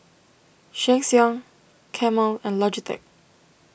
Sheng Siong Camel and Logitech